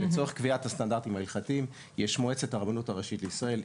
לצורך קביעת הסטנדרטים ההלכתיים יש מועצת הרבנות הראשית לישראל,